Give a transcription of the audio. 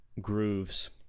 grooves